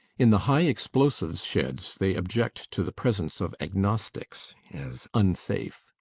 in the high explosives sheds they object to the presence of agnostics as unsafe.